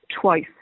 twice